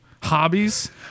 hobbies